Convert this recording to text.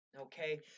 Okay